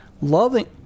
loving